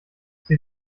sie